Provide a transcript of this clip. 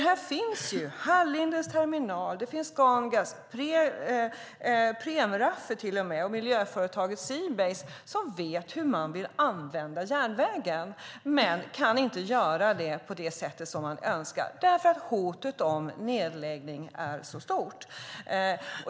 Här finns ju Hallindens terminal, Skangass, Premraff och miljöföretaget Seabased som vet hur man vill använda järnvägen. Men de kan inte göra det på det sätt som de önskar, därför att hotet om nedläggning är så stort.